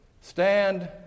Stand